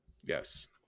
Yes